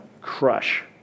crush